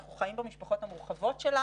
אנחנו חיים במשפחות המורחבות שלנו,